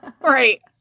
Right